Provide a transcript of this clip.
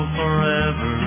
forever